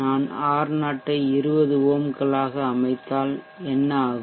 நான் R0 ஐ 20 ஓம்களாக அமைத்தால் என்ன ஆகும்